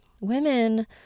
Women